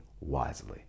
wisely